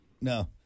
no